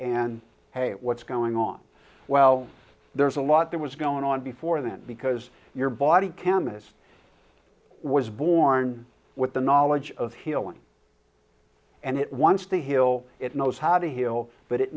and hey what's going on well there's a lot that was going on before then because your body can miss was born with the knowledge of healing and it once the hill it knows how to heal but it